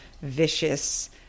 vicious